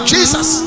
Jesus